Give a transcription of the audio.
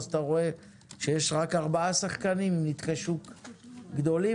ואתה רואה שיש רק ארבעה שחקנים בנתחי שוק גדולים.